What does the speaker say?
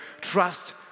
Trust